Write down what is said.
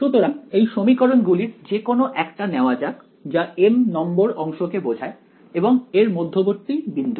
সুতরাং এই সমীকরণ গুলির যে কোন একটা নেওয়া যাক যা m নম্বর অংশকে বোঝায় এবং এর মধ্যবর্তী বিন্দু